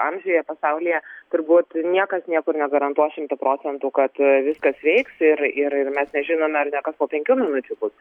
amžiuje pasaulyje turbūt niekas niekur negarantuos šimtu procentų kad viskas veiks ir ir mes nežinome ar ne kas po penkių minučių bus